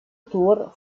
tour